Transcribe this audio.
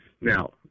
Now